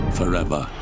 forever